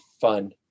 fun